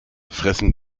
fressen